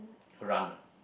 run ah